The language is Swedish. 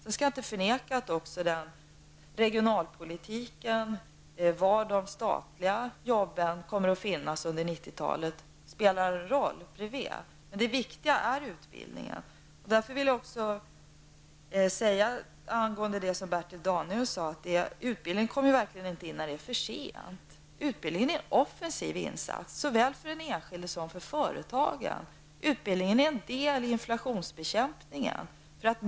Jag skall inte förneka att också regionalpolitiken och var de statliga jobben kommer att finnas under 90-talet spelar en roll, men det viktiga är utbildningen. Angående det som Bertil Danielsson sade vill jag säga att utbildningen verkligen inte kommer in när det är för sent -- utbildningen är en offensiv insats såväl för den enskilde som för företagen. Utbildningen är en del i inflationsbekämpningen.